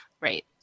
right